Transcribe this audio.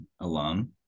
alum